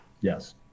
Yes